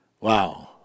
Wow